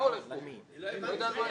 מי נמנע?